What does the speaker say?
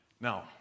Now